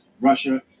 Russia